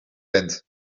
bent